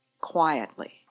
quietly